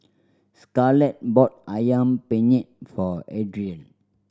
Scarlett bought Ayam Penyet for Adrian